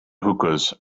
hookahs